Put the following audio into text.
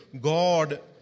God